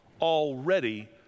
already